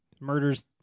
Murders